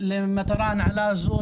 למטרה נעלה זאת,